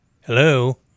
Hello